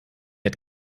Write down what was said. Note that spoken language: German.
hat